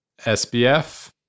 SBF